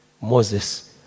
Moses